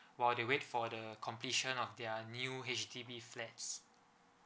while they wait for the completion of their new H_D_B flats